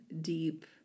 deep